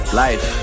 life